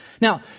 Now